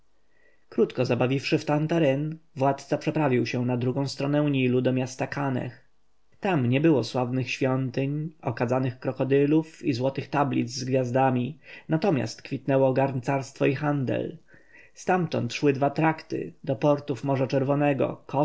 krótko zabawiwszy w tan-ta-ren władca przeprawił się na drugą stronę nilu do miasta kaneh tam nie było sławnych świątyń okadzanych krokodylów i złotych tablic z gwiazdami natomiast kwitnęło garncarstwo i handel stamtąd szły dwa trakty do portów morza czerwonego